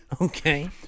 Okay